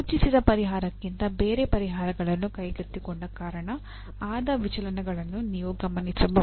ಸೂಚಿಸಿದ ಪರಿಹಾರಕ್ಕಿಂತ ಬೇರೆ ಪರಿಹಾರಗಳನ್ನು ಕೈಗೆತ್ತಿಕೊಂಡ ಕಾರಣ ಆದ ವಿಚಲನಗಳನ್ನು ನೀವು ಗಮನಿಸಬಹುದು